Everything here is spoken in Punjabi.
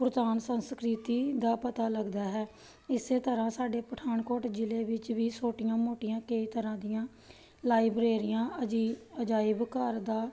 ਪੁਰਾਤਨ ਸੰਸਕ੍ਰਿਤੀ ਦਾ ਪਤਾ ਲੱਗਦਾ ਹੈ ਇਸ ਤਰ੍ਹਾਂ ਸਾਡੇ ਪਠਾਨਕੋਟ ਜ਼ਿਲ੍ਹੇ ਵਿੱਚ ਵੀ ਛੋਟੀਆਂ ਮੋਟੀਆਂ ਕਈ ਤਰ੍ਹਾਂ ਦੀਆਂ ਲਾਈਬ੍ਰੇਰੀਆਂ ਅਜੀ ਅਜਾਇਬ ਘਰ ਦਾ